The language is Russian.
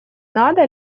надо